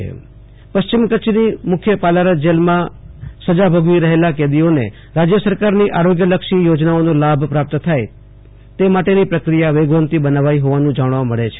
Ashutosh Antani Bhuj Palara jail પશ્ચીમ કચ્છની મુખ્ય પાલરા જેલમાં સજા ભોગવી રહેલા કેદીઓને રાજ્ય સરકારની આરોગ્યલક્ષી યોજનાનો લાભ પ્રાપ્ત થાય તે માટેની પ્રક્રિયા વેગવંતી બનાવાઈ હોવાનું જાણવા મળે છે